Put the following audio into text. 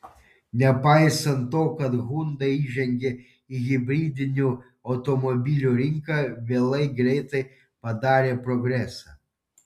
nepaisant to kad hyundai įžengė į hibridinių automobilių rinką vėlai greitai padarė progresą